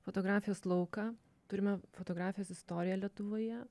fotografijos lauką turime fotografijos istoriją lietuvoje